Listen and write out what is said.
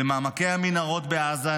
במעמקי המנהרות בעזה,